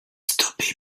stoppé